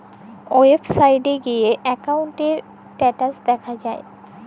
ওয়েবসাইটে যাঁয়ে একাউল্টের ইস্ট্যাটাস দ্যাখা যায়